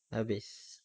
habis